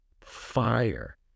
fire